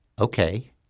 Okay